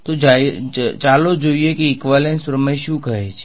તો ચાલો જોઈએ કે ઈકવાલેન્સ પ્રમેય શું કહે છે